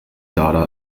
data